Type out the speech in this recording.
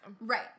Right